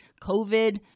COVID